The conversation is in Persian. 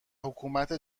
حکومت